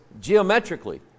geometrically